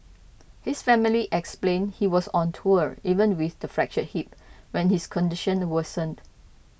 his family explained he was on tour even with the fractured hip when his condition worsened